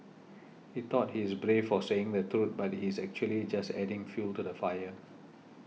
he thought he's brave for saying the truth but he's actually just adding fuel to the fire